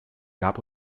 gab